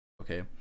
Okay